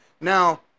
Now